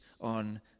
on